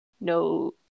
no